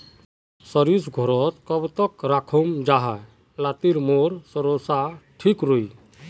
सरिस घोरोत कब तक राखुम जाहा लात्तिर मोर सरोसा ठिक रुई?